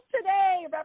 today